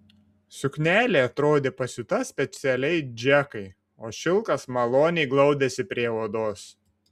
suknelė atrodė pasiūta specialiai džekai o šilkas maloniai glaudėsi prie odos